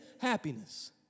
happiness